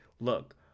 Look